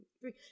three